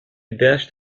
dashed